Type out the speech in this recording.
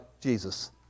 Jesus